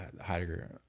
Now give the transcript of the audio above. Heidegger